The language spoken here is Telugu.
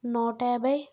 నూట యాభై